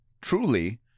truly